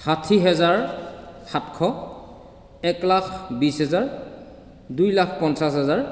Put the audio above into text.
ষাঠি হেজাৰ সাতশ এক লাখ বিশ হেজাৰ দুই লাখ পঞ্চাছ হেজাৰ